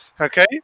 Okay